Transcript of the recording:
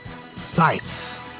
fights